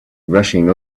rushing